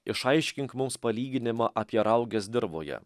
išaiškink mums palyginimą apie rauges dirvoje